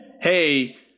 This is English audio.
hey